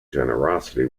generosity